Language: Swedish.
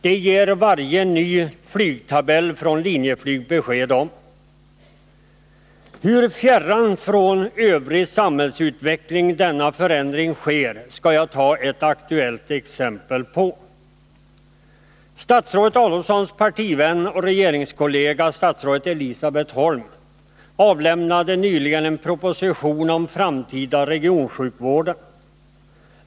Det ger varje ny flygtabell från Linjeflyg besked om. Hur fjärran från övrig samhällsutveckling denna förändring sker skall jag ge ett aktuellt exempel på. Statsrådet Adelsohns partivän och regeringskollega statsrådet Elisabet Holm avlämnade nyligen en proposition om den framtida regionsjukvården.